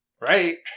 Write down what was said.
Right